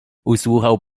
usłuchał